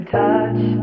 touch